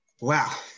Wow